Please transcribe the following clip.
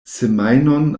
semajnon